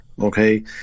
okay